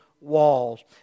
walls